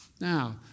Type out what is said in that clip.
Now